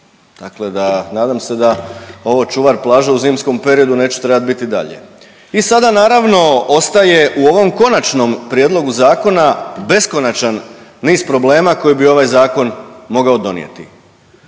dakle da, nadam se da ovo čuvar plaže u zimskom periodu neće trebat biti dalje. I sada naravno ostaje u ovom Konačnom prijedlogu zakona beskonačan niz problema koje bi ovaj zakon mogao donijeti.